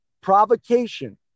provocation